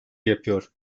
yapıyor